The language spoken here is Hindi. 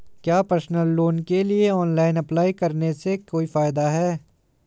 क्या पर्सनल लोन के लिए ऑनलाइन अप्लाई करने से कोई फायदा है?